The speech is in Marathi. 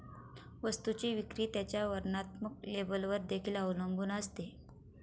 वस्तूची विक्री त्याच्या वर्णात्मक लेबलवर देखील अवलंबून असते